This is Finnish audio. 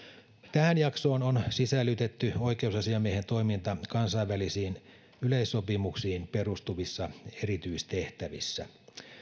tähän jaksoon on sisällytetty oikeusasiamiehen toiminta kansainvälisiin yleissopimuksiin perustuvissa erityistehtävissä